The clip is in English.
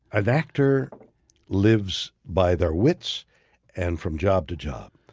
an actor lives by their wits and from job to job.